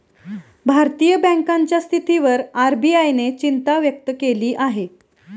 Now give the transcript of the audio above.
भारतीय बँकांच्या स्थितीवर आर.बी.आय ने चिंता व्यक्त केली आहे